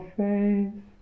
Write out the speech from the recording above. faith